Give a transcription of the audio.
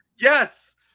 Yes